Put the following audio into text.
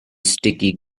sticky